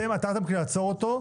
אתם עתרתם כדי לעצור אותו,